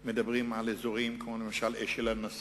אנחנו מדברים על אזורים כמו למשל אשל-הנשיא,